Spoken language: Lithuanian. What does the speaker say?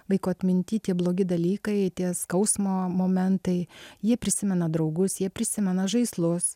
vaiko atminty tie blogi dalykai tie skausmo momentai jie prisimena draugus jie prisimena žaislus